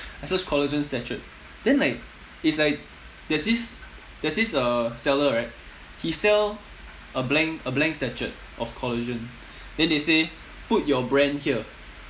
I search collagen sachet then like it's like there's this there's this uh seller right he sell a blank a blank sachet of collagen then they say put your brand here